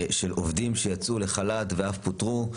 של עובדים שיצאו לחל"ת ואף פוטרו,